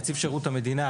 נציב שירות המדינה,